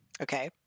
okay